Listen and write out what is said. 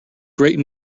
great